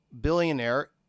billionaire